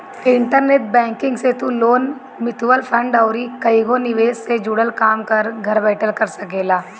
internet banking से तू loan, mutual fund अउरी कईगो निवेश से जुड़ल काम घर बैठल कर सकेला